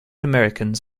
americans